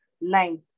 Nine